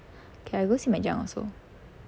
K I go see my junk also